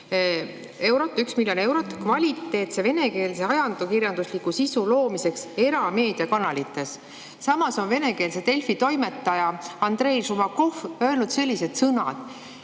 1 miljon eurot kvaliteetse venekeelse ajakirjandusliku sisu loomiseks erameediakanalites. Samas on venekeelse Delfi toimetaja Andrei Šumakov öelnud sellised sõnad: